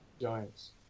Giants